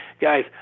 guys